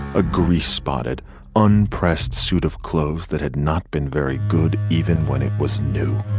ah gary spotted on pressed suit of clothes that had not been very good, even when it was new